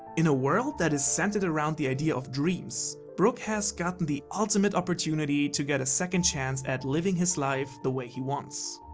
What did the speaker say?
in a world that is centered around the idea of dreams, brook has gotten the ultimate opportunity to get a second chance at living his live the way he wants.